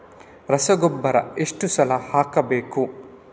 ರಸಗೊಬ್ಬರ ಎಷ್ಟು ಸಲ ಹಾಕಬೇಕು?